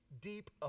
deep